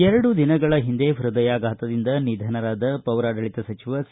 ಎರಡು ದಿನಗಳ ಹೈದಯಾಘಾತದಿಂದ ನಿಧನರಾದ ಪೌರಾಡಳಿತ ಸಚಿವ ಸಿ